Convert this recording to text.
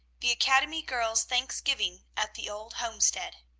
the academy girl's thanksgiving at the old homestead.